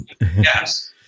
Yes